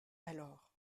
alors